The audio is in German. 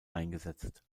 eingesetzt